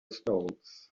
stones